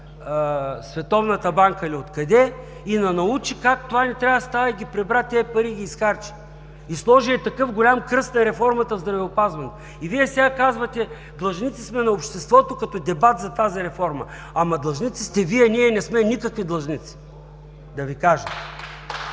Световната банка ли, откъде ли, и ни научи как това не трябва да става, и ги прибра тези пари, и ги изхарчи. И сложи такъв голям кръст на реформата в здравеопазването. Вие сега казвате – длъжници сме на обществото, като дебат за тази реформа, ама длъжници сте Вие, ние не сме никакви длъжници, да Ви кажа!